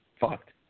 fucked